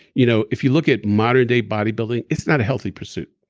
you know if you look at modern-day bodybuilding, it's not a healthy pursuit.